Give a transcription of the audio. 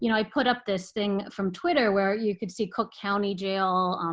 you know i put up this thing from twitter, where you could see cook county jail,